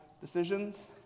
decisions